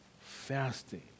fasting